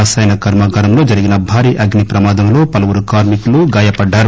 రసాయన కర్శా గారంలో జరిగిన భారీ అగ్ని ప్రమాదంలో పలువురు కార్మి కులు గాయపడ్డారు